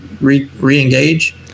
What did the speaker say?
re-engage